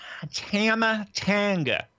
Tamatanga